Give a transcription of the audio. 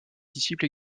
disciple